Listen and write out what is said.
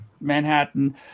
Manhattan